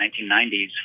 1990s